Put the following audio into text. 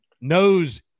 knows